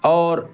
اور